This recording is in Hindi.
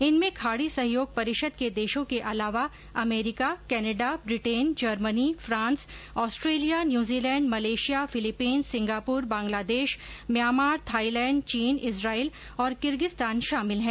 इनमें खाड़ी सहयोग परिषद के देशों के अलावा अमरीका Canada Britain Germany France Australia New Zealand Malaysia Philippines Singapore Bangladesh Myanmar Thailand चीन इस्राइल और किर्गिस्तान शामिल हैं